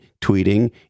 tweeting